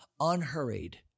unhurried